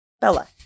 Bella